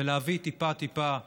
ולהביא טיפה טיפה מזור,